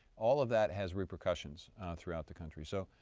all of that has repercussions throughout the country. so,